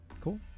cool